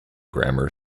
grammar